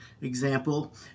example